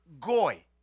goy